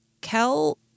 Kel